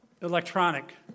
electronic